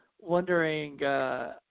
wondering